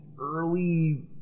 Early